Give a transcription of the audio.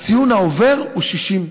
הציון העובר הוא 60,